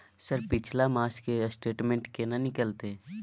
Sir पिछला मास के स्टेटमेंट केना निकलते?